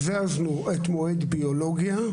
הזזנו את מועד ביולוגיה,